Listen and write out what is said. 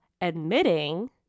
admitting